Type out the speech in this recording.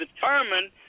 determined